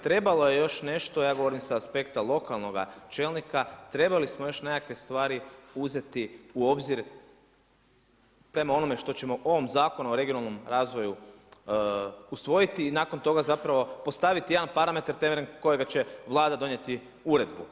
Trebalo je još nešto, ja govorim sa aspekta lokalnoga čelnika, trebali smo još nekakve stvari uzeti u obzir prema onome što ćemo u ovome o Zakonu o regionalnom razvoju usvojiti i nakon toga zapravo postaviti jedan parametar temeljem kojega će Vlada donijeti uredbu.